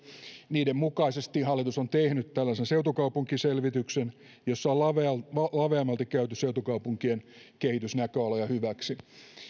niiden mukaisesti hallitus on tehnyt tällaisen seutukaupunkiselvityksen jossa on laveammalti käyty seutukaupunkien kehitysnäköaloja